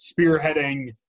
spearheading